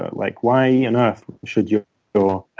like why on earth should your your